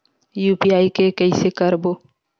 UPI के कइसे करबो?